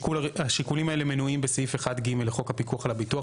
השיקולים האלה מנויים בסעיף 1(ג) לחוק הפיקוח על הביטוח,